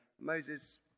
Moses